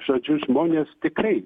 žodžiu žmonės tikrai